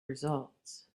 results